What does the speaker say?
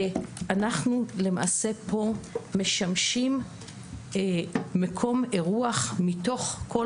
ואנחנו למעשה פה משמשים מקום אירוח מתוך כל